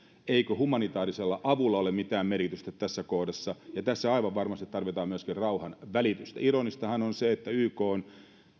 eikö humanitaarisella avulla ole mitään merkitystä tässä kohdassa ja tässä aivan varmasti tarvitaan myöskin rauhanvälitystä ironistahan on se että ykn